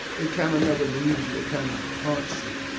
it kinda never leaves you, it kinda haunts you.